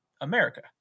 America